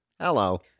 Hello